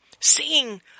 Seeing